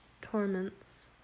torments